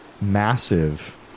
massive